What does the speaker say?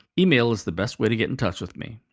email is the best way to get in touch with me.